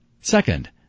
Second